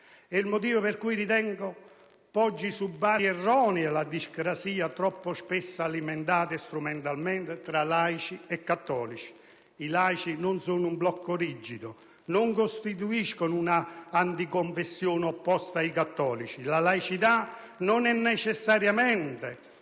il motivo per cui ritengo poggi su basi erronee la discrasia troppo spesso alimentata strumentalmente tra laici e cattolici. I laici non sono un blocco rigido, non costituiscono un'anticonfessione opposta ai cattolici. La laicità non necessariamente